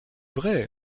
vrai